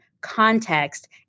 context